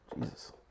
Jesus